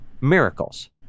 miracles